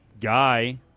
guy